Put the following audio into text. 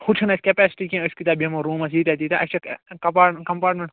ہۄتھ چھَنہٕ اسہِ کیٚپیسٹی کیٚنٛہہ أسۍ کۭتیٛاہ بیٚہمو روٗمَس ییٖتیٛاہ تیٖتیٛاہ اسہِ چھِ کۄمپارٹمیٚنٛٹ